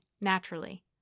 naturally